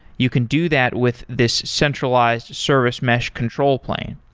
you can do that with this centralized service mesh control plane,